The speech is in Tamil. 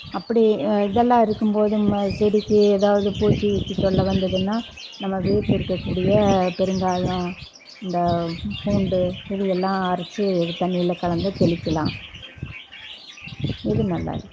அப்படி இதெல்லாம் இருக்கும்போது செடிக்கு எதாவது பூச்சி கீச்சி தொல்லை வந்ததுனா நம்ம வீட்டில் இருக்கக்கூடிய பெருங்காயம் இந்த பூண்டு இது எல்லாம் அரைச்சி தண்ணியில் கலந்து தெளிக்கலாம் இது நல்லாயிருக்கும்